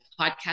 podcast